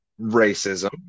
Racism